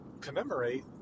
commemorate